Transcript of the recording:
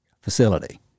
facility